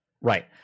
Right